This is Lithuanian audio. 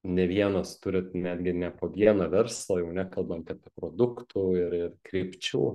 ne vienas turit netgi ne po vieną verslą jau nekalbant apie produktų ir ir krypčių